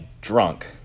drunk